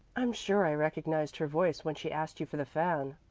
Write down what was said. i'm sure i recognized her voice when she asked you for the fan,